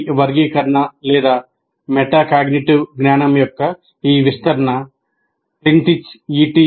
ఈ వర్గీకరణ లేదా మెటాకాగ్నిటివ్ జ్ఞానం యొక్క ఈ విస్తరణ ప్లింట్రిచ్ et